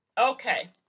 Okay